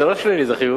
זה לא שלילי, זה חיובי.